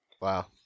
Wow